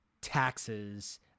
taxes